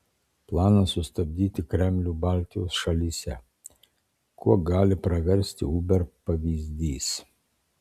planas sustabdyti kremlių baltijos šalyse kuo gali praversti uber pavyzdys